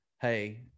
Hey